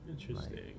Interesting